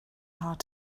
hard